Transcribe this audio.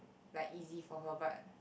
like easy for her but